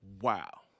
Wow